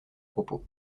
propos